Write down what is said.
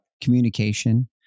communication